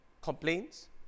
complaints